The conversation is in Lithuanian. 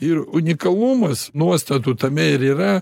ir unikalumas nuostatų tame ir yra